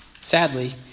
Sadly